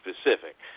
specific